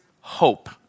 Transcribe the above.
Hope